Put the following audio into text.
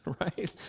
right